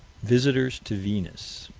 visitors to venus